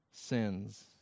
sins